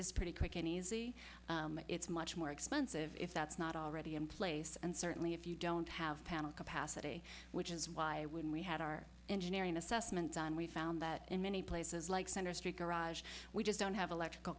is pretty quick and easy it's much more expensive if that's not already in place and certainly if you don't have panel capacity which is why when we had our engineering assessment on we found that in many places like center street garage we just don't have electrical